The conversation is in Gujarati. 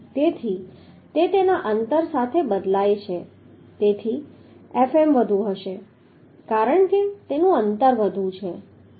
તેથી તે તેના અંતર સાથે બદલાય છે તેથી Fm વધુ હશે કારણ કે તેનું અંતર વધુ છે